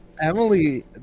Emily